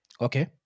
Okay